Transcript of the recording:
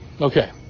Okay